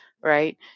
right